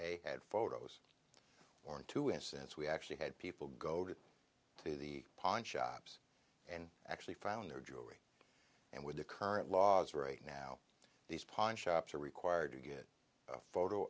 a had photos or into innocence we actually had people go to the pawn shops and actually found their jewelry and with the current laws right now these pawnshops are required to get a photo